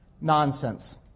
Nonsense